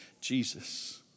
Jesus